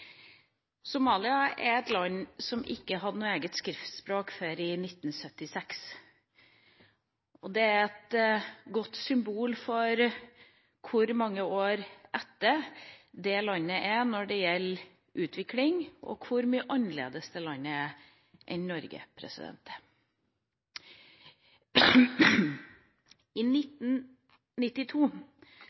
Somalia er et land som ikke hadde noe eget skriftspråk før i 1976, og det er et godt symbol på hvor mange år etter dette landet ligger når det gjelder utvikling, og hvor annerledes enn Norge dette landet er.